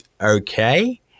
okay